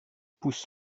pousse